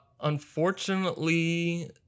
Unfortunately